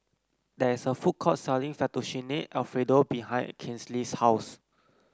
there is a food court selling Fettuccine Alfredo behind Kinley's house